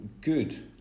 good